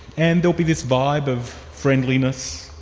and there'll be this vibe of friendliness,